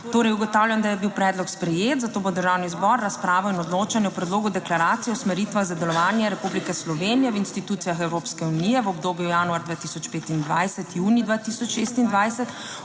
Torej, ugotavljam, da je bil predlog sprejet, zato bo Državni zbor razpravo in odločanje o predlogu deklaracije o usmeritvah za delovanje Republike Slovenije v institucijah Evropske unije v obdobju januar 2025-junij 2026.